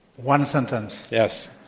one sentence? yes.